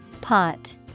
Pot